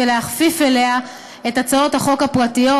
ולהכפיף אליה את הצעות החוק הפרטיות.